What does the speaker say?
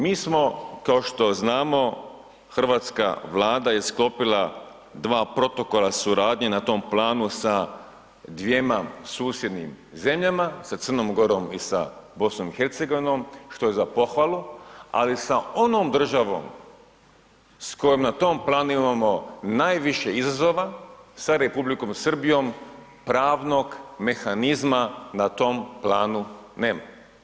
Mi smo, kao što znamo, hrvatska Vlada je sklopila dva protokola suradnje na tom planu sa dvjema susjednim zemljama, sa Crnom Gorom i sa BiH, što je za pohvalu, ali sa onom državom s kojom na tom planu imamo najviše izazova, sa Republikom Srbijom, pravnog mehanizma na tom planu nema.